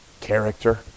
Character